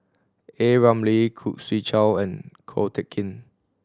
A Ramli Khoo Swee Chiow and Ko Teck Kin